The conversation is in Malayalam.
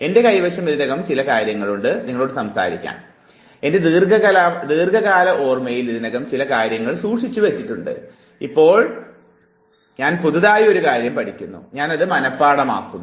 എൻറെ കൈവശം ഇതിനകം ചില കാര്യങ്ങളുണ്ട് എൻറെ ദീർഘകാല ഓർമ്മയിൽ ഇതിനകം ചില കാര്യങ്ങൾ സൂക്ഷിച്ചു വച്ചിട്ടുണ്ട് ഇപ്പോൾ ഞാൻ പുതിയതായി ഒരു കാര്യം പഠിക്കുന്നു ഞാനത് മനഃപാഠമാക്കുന്നു